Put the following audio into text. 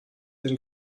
den